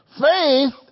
Faith